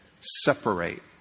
separate